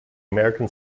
american